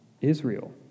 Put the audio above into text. Israel